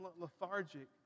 lethargic